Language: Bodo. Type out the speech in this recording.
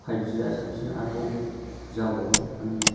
फाइभ जिआ साबसिन आरोबाव जाबावगोन मानि